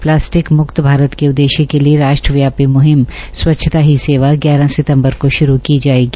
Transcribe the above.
plastic मुक्त भारत के उद्दे य के लिए राश्ट्र व्यापी मुहिम स्वच्छता ही सेवा ग्यारह सितंबर को भारू की जाएगी